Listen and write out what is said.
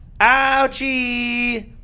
Ouchie